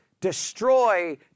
destroy